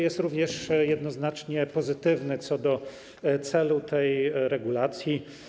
Jest również jednoznacznie pozytywny co do celu tej regulacji.